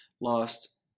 lost